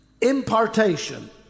impartation